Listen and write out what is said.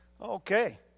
Okay